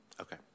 Okay